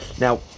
Now